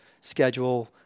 schedule